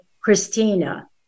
Christina